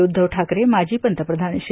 उद्धव ठाकरे माजी पंतप्रधान श्री